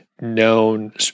known